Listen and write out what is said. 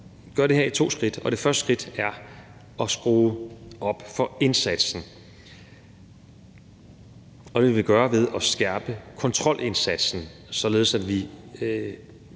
vi gør det her med to skridt. Det første skridt er at skrue op for indsatsen, og det vil vi gøre ved at skærpe kontrolindsatsen, således